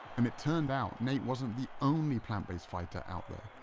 and it turned out, nate wasn't the only plant-based fighter out there.